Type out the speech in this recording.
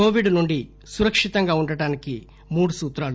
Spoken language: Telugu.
కోవిడ్ నుంచి సురక్షితంగా ఉండటానికి మూడు సూత్రాలు